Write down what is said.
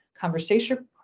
conversation